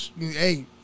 Hey